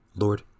Lord